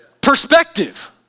Perspective